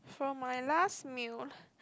from my last meal